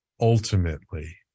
ultimately